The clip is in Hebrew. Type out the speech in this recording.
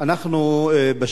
אדוני היושב-ראש,